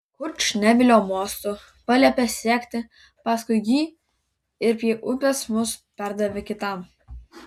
kurčnebylio mostu paliepė sekti paskui jį ir prie upės mus perdavė kitam